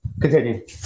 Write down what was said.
Continue